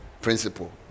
principle